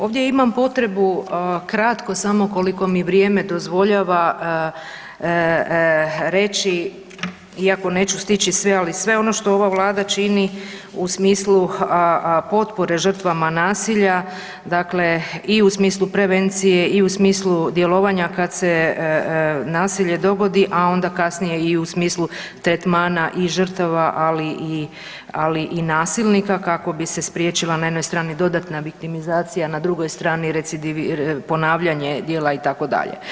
Ovdje imam potrebu kratko samo koliko mi vrijeme dozvoljava reći iako neću stići sve, ali sve što ova vlada čini u smislu potpore žrtvama nasilja, dakle i u smislu prevencije i u smislu djelovanja kad se nasilje dogodi, a onda kasnije i u smislu tretmana i žrtava, ali i, ali i nasilnika, kako bi se spriječila na jednoj strani dodatna … [[Govornik se ne razumije]] , a na drugoj strani ponavljanje djela itd.